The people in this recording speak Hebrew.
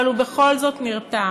אבל הוא בכל זאת נרתם,